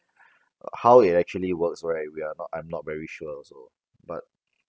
how it actually works right we are not I'm not very sure also but